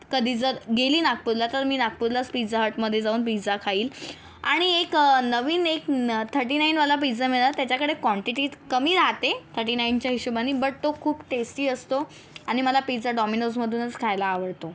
कधी जर गेली नागपूरला तर मी नागपूरलाच पिझ्झा हटमध्ये जाऊन पिझ्झा खाईल आणि एक अ नवीन एक न् थर्टी नाईनवाला पिझ्झा मिळेल त्यांच्याकडे क्वांटीटी कमी राहते थर्टी नाईनच्या हिशोबाने पण तो खूप टेस्टी असतो आणि मला पिझ्झा डॉमिनोजमधूनच खायला आवडतो